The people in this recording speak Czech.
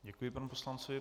Děkuji panu poslanci.